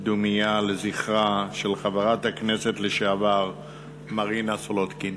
דומייה לזכרה של חברת הכנסת לשעבר מרינה סולודקין.